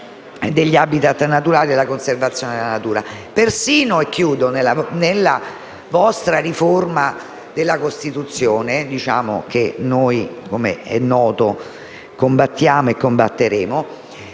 degli *habitat* naturali e la conservazione della natura. Perfino nella vostra riforma della Costituzione - che noi, com'è noto, combattiamo e combatteremo